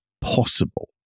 possible